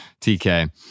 TK